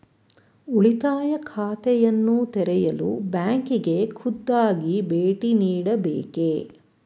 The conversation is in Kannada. ಉಳಿತಾಯ ಖಾತೆಯನ್ನು ತೆರೆಯಲು ಬ್ಯಾಂಕಿಗೆ ಖುದ್ದಾಗಿ ಭೇಟಿ ನೀಡಬೇಕೇ?